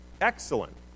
Excellent